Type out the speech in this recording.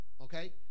okay